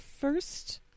first